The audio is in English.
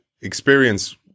experience